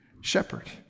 shepherd